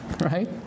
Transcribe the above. right